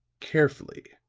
carefully,